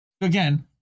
Again